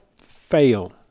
fail